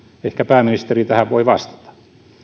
ehkä pääministeri tähän voi vastata